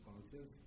responsive